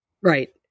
Right